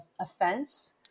offense